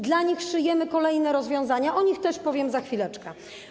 Dla nich szyjemy kolejne rozwiązania, o nich też powiem za chwileczkę.